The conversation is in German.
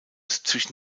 zwischen